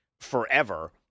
forever